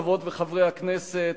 חברות וחברי הכנסת,